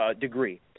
degree